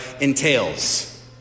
entails